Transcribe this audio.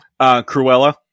Cruella